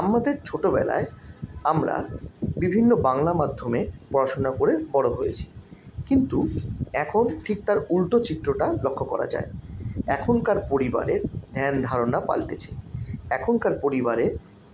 আমাদের ছোটবেলায় আমরা বিভিন্ন বাংলা মাধ্যমে পড়াশোনা করে বড় হয়েছি কিন্তু এখন ঠিক তার উল্টো চিত্রটা লক্ষ্য করা যায় এখনকার পরিবারের ধ্যানধারণা পালটেছে এখনকার পরিবারের